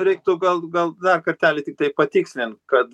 reiktų gal gal dar kartelį tiktai patikslint kad